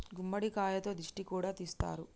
గుమ్మడికాయతో దిష్టి కూడా తీస్తారు